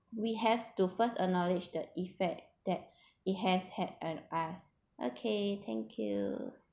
we have to first acknowledge the effect that it has had on us okay thank you